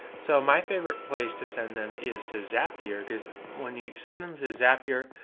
so my favorite place to send them is to zapier because when you send them to zapier,